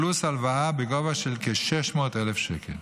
פלוס הלוואה בגובה של כ-600,000 שקל,